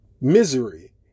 Misery